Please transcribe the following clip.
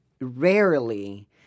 rarely